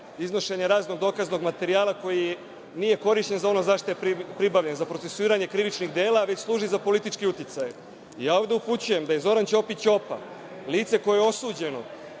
iznošenja raznog dokaznog materijala koji nije korišćen za ono za šta je pribavljen, za procesuiranje krivičnih dela, već služi za politički uticaj. Ovde upućujem da je Zoran Ćopić Ćopa, lice koje je osuđeno